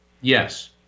Yes